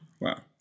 Wow